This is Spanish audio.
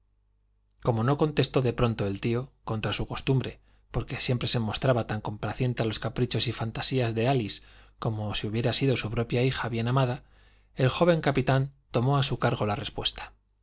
como no contestó de pronto el tío contra su costumbre porque siempre se mostraba tan complaciente a los caprichos y fantasías de alice como si hubiera sido su propia hija bien amada el joven capitán tomó a su cargo la respuesta